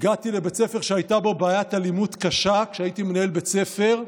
הגעתי לבית ספר שהייתה בו בעיית אלימות קשה כשהייתי מנהל בית ספר.